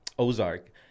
Ozark